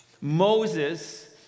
Moses